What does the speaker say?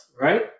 right